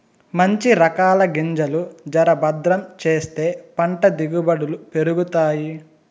మంచి రకాల గింజలు జర భద్రం చేస్తే పంట దిగుబడులు పెరుగుతాయి